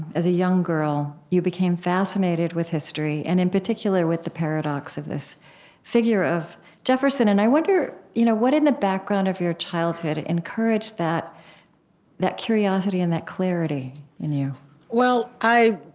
as a young girl, you became fascinated with history and in particular with the paradox of this figure of jefferson. and i wonder you know what in the background of your childhood encouraged that that curiosity and that clarity in you well, i,